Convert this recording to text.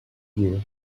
you